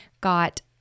got